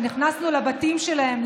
שנכנסנו לבתים שלהם,